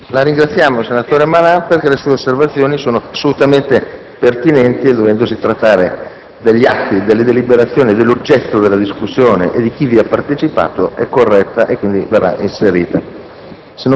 La ringraziamo, senatore Malan, le sue osservazioni sono assolutamente pertinenti, dovendosi trattare degli atti, delle deliberazioni, dell'oggetto della discussione e di chi vi ha partecipato. Il processo verbale verrà quindi